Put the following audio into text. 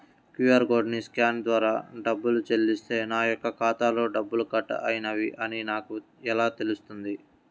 QR కోడ్ని scan ద్వారా డబ్బులు చెల్లిస్తే నా యొక్క ఖాతాలో డబ్బులు కట్ అయినవి అని నాకు ఎలా తెలుస్తుంది?